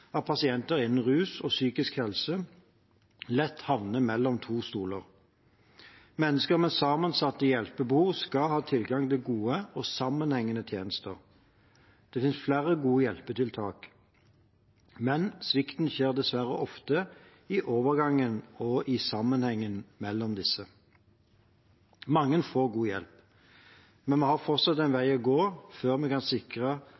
at pasienter innen rus og psykisk helse lett havner mellom to stoler. Mennesker med sammensatte hjelpebehov skal ha tilgang til gode og sammenhengende tjenester. Det finnes flere gode hjelpetiltak, men svikten skjer dessverre ofte i overgangen og i sammenhengen mellom disse. Mange får god hjelp, men vi har fortsatt en vei å gå før vi kan være sikre